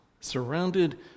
surrounded